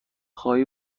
خواهی